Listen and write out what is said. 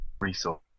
resource